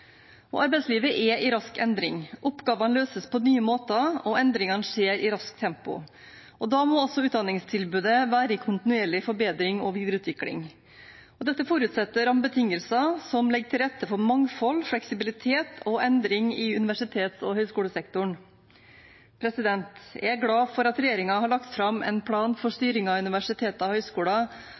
Arbeidslivet er i rask endring. Oppgavene løses på nye måter, og endringene skjer i raskt tempo. Da må også utdanningstilbudet være i kontinuerlig forbedring og videreutvikling. Dette forutsetter rammebetingelser som legger til rette for mangfold, fleksibilitet og endring i universitets- og høyskolesektoren. Jeg er glad for at regjeringen har lagt fram en plan for styringen av universiteter og høyskoler,